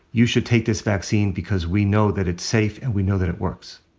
you should take this vaccine because we know that it's safe and we know that it works.